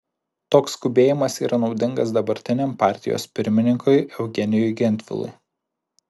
toks skubėjimas yra naudingas dabartiniam partijos pirmininkui eugenijui gentvilui